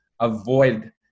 avoid